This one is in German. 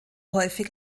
häufig